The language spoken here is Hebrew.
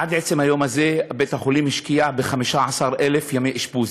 עד עצם היום הזה בית-החולים השקיע ב-15,000 ימי אשפוז,